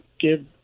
give